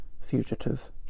fugitive